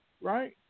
right